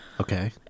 Okay